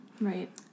Right